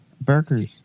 burgers